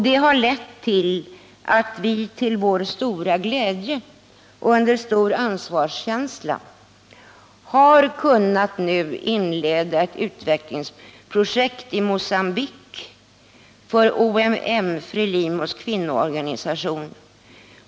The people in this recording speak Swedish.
Det har lett till att vi till vår stora glädje och under stor ansvarskänsla nu har kunnat inleda ett utvecklingsprojekt i Mogambique för OMM, FRELIMO:s kvinnoorganisation.